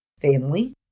Family